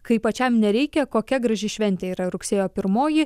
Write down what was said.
kai pačiam nereikia kokia graži šventė yra rugsėjo pirmoji